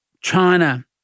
China